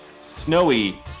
snowy